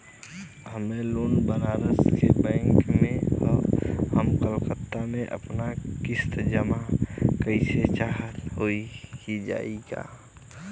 हमार लोन बनारस के बैंक से ह हम कलकत्ता से आपन किस्त जमा कइल चाहत हई हो जाई का?